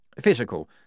physical